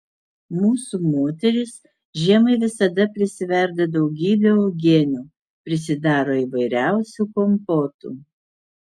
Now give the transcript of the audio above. mūsų moterys žiemai visada prisiverda daugybę uogienių prisidaro įvairiausių kompotų